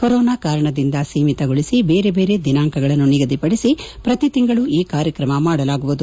corona ಕಾರಣದಿಂದ ಸೀಮಿತಗೊಳಿಸಿ ಬೇರೆ ಬೇರೆ ದಿನಾಂಕಗಳನ್ನು ನಿಗದಿಪಡಿಸಿ ಪ್ರತಿ ತಿಂಗಳೂ ಈ ಕಾರ್ಯಕ್ರಮ ಮಾಡಲಾಗುವುದು